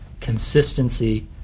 consistency